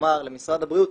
שיאמר למשרד הבריאות,